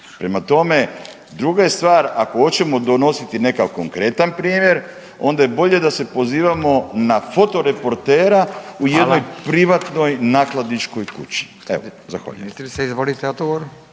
Prema tome, druga je stvar ako hoćemo donositi nekakav konkretan primjer, onda je bolje da se pozivamo na fotoreportera u jednoj privatnoj .../Upadica: Hvala./... nakladničkoj kući. Evo, zahvaljujem.